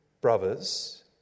brothers